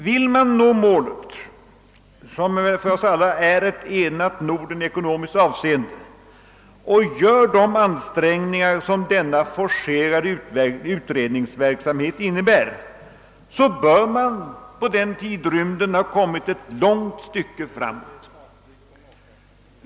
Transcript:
Vill man nå målet, som för oss alla är ett enat Norden i ekonomiskt avseende, och göra de ansträngningar som denna forcerade utredningsverksamhet innebär, bör man på den tidsrymden ha kommit ett långt stycke framåt.